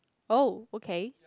oh okay